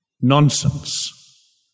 nonsense